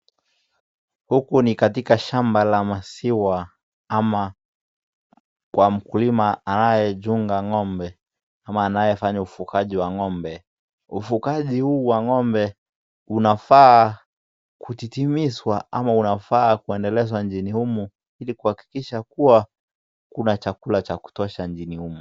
Huku ni katika shamba la maziwa ama kwa mkulima anayechunga ng'ombe ama anayefanya ufugaji wa ng'ombe. Ufugaji wa ng'ombe unafaa kutitimizwa ama unafaa kuendelezwa nchini humu ili kuhakikisha kuwa kuna chakula cha kutosha nchini humu.